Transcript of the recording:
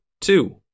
two